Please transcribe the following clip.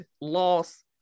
loss